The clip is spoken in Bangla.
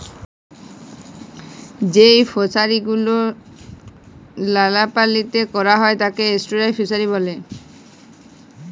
যেই ফিশারি গুলো লোলা পালিতে ক্যরা হ্যয় তাকে এস্টুয়ারই ফিসারী ব্যলে